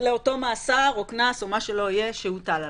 לאותו מאסר או קנס, או מה שלא יהיה, שהוטל עליו.